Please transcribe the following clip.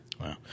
Wow